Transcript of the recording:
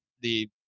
the-